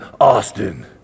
Austin